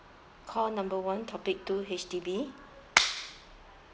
call number one topic two H_D_B